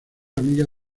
amiga